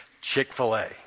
Chick-fil-A